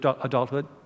adulthood